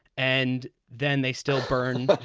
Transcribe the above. and then they still burn. but